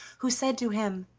who said to him